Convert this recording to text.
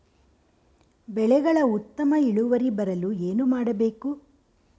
ಬೆಳೆಗಳ ಉತ್ತಮ ಇಳುವರಿ ಬರಲು ಏನು ಮಾಡಬೇಕು?